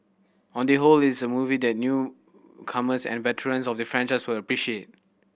on the whole it's a movie that new comers and veterans of the franchise will appreciate